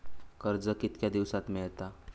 कर्ज कितक्या दिवसात मेळता?